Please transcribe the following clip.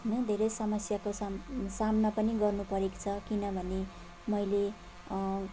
होइन धेरै समस्याको साम सामना पनि गर्नु परेको छ किनभने मैले